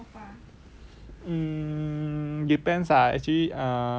mm depends lah actually err